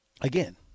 Again